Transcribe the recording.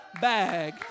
bag